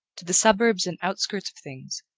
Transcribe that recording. to the suburbs and outskirts of things,